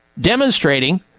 demonstrating